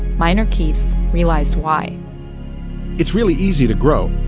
minor keith realized why it's really easy to grow.